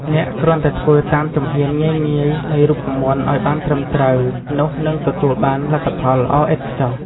អ្នកគ្រាន់តែធ្វើតាមជំហានងាយៗនៃរូបមន្តឱ្យបានត្រឹមត្រូវ នោះនឹងទទួលបានលទ្ធផលល្អឥតខ្ចោះ។